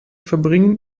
verbringen